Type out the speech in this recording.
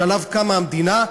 שעליו קמה המדינה,